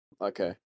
Okay